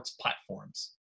platforms